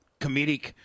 comedic